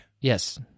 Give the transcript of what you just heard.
Yes